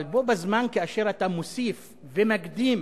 אבל בו בזמן, כאשר אתה מוסיף ומקדים